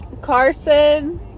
Carson